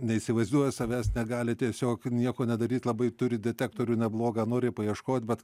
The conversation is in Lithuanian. neįsivaizduoja savęs negali tiesiog nieko nedaryt labai turi detektorių neblogą nori paieškot bet